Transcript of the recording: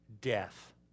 death